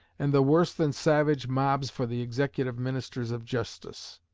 and the worse than savage mobs for the executive ministers of justice.